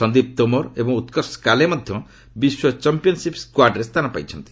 ସନ୍ଦୀପ ତୋମର ଏବଂ ଉତ୍କର୍ଷ କାଲେ ମଧ୍ୟ ବିଶ୍ୱ ଚମ୍ପିୟନ୍ସିପ୍ ସ୍କାର୍ଡ୍ରେ ସ୍ଥାନ ପାଇଛନ୍ତି